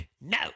no